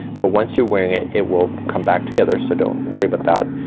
but once you're wearing it, it will come back together. so don't worry about that.